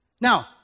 Now